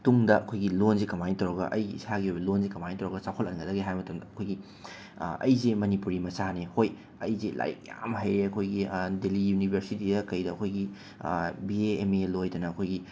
ꯇꯨꯡꯗ ꯑꯩꯈꯣꯏꯒꯤ ꯂꯣꯟꯁꯦ ꯀꯃꯥꯏꯅ ꯇꯧꯔꯒ ꯑꯩ ꯏꯁꯥꯒꯤ ꯑꯣꯏꯕ ꯂꯣꯟꯁꯦ ꯀꯃꯥꯏꯅ ꯇꯧꯔꯒ ꯆꯥꯎꯈꯠꯍꯟꯒꯗꯒꯦ ꯍꯥꯏꯕ ꯃꯇꯝꯗ ꯑꯩꯈꯣꯏꯒꯤ ꯑꯩꯁꯦ ꯃꯅꯤꯄꯨꯔꯤ ꯃꯆꯥꯅꯦ ꯍꯣꯏ ꯑꯩꯁꯦ ꯂꯥꯏꯔꯤꯛ ꯌꯥꯝꯅ ꯍꯩꯔꯦ ꯑꯩꯈꯣꯏꯒꯤ ꯗꯦꯂꯤ ꯌꯨꯅꯤꯕꯔꯁꯤꯇꯤꯗ ꯀꯩꯗ ꯑꯩꯈꯣꯏꯒꯤ ꯕꯤ ꯑꯦ ꯑꯦꯝ ꯑꯦ ꯂꯣꯏꯗꯅ ꯑꯩꯈꯣꯏꯒꯤ